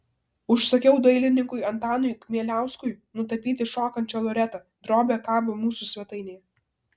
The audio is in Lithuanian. užsakiau dailininkui antanui kmieliauskui nutapyti šokančią loretą drobė kabo mūsų svetainėje